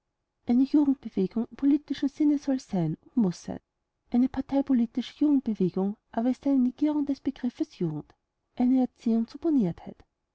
eine jugendbewegung im politischen sinne soll sein und muß sein eine parteipolitische jugendbewegung aber ist eine negierung des begriffes jugend eine erziehung zur borniertheit